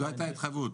זו הייתה ההתחייבות.